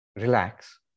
relax